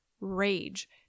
rage